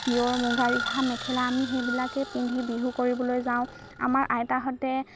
পিয়ৰ মুগা ৰিহা মেখেলা আমি সেইবিলাকে পিন্ধি বিহু কৰিবলৈ যাওঁ আমাৰ আইতাহঁতে